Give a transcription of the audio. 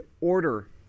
order